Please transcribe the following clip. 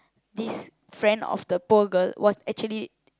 this friend of the poor girl was actually